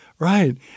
Right